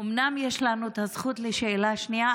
אומנם יש לנו הזכות לשאלה שנייה,